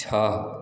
छः